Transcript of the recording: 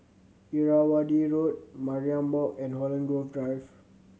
Irrawaddy Road Mariam Walk and Holland Grove Drive